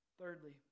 Thirdly